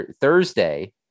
Thursday